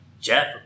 Jeff